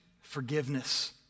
forgiveness